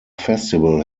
festival